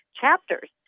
chapters